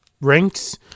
ranks